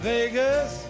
Vegas